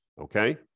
Okay